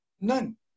None